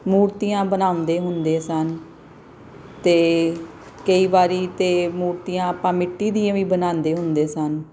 ਮੂਰਤੀਆਂ ਬਣਾਉਂਦੇ ਹੁੰਦੇ ਸਨ ਅਤੇ ਕਈ ਵਾਰ ਤਾਂ ਮੂਰਤੀਆਂ ਆਪਾਂ ਮਿੱਟੀ ਦੀਆਂ ਵੀ ਬਣਾਉਂਦੇ ਹੁੰਦੇ ਸਨ